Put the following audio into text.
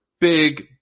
big